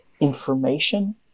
Information